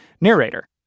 narrator